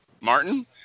Martin